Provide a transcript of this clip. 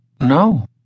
No